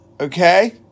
Okay